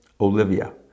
Olivia